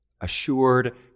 assured